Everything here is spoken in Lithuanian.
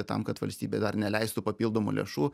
tam kad valstybė dar neleistų papildomų lėšų